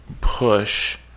push